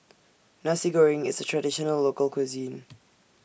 Nasi Goreng IS A Traditional Local Cuisine